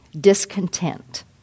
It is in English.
discontent